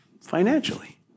financially